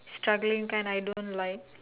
struggling kind I don't like